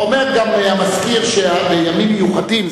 אומר גם המזכיר שבימים מיוחדים,